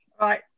Right